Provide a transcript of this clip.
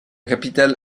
capitale